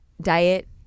diet